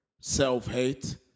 self-hate